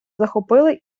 захопили